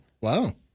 Wow